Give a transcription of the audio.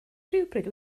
rhywbryd